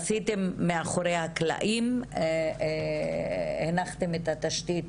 עשיתם מאחורי הקלעים, הנחתם את התשתית